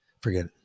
forget